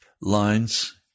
lines